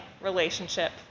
relationship